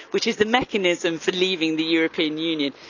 which is the mechanism for leaving the european union.